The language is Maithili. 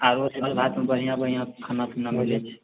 आरो छै देहातमे बढ़िआँ बढ़िआँ खाना पीना मिलैत छै